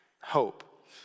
hope